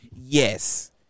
Yes